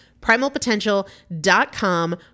Primalpotential.com